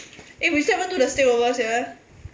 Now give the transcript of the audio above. eh we still haven't do the stay over sia